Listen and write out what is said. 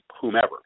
whomever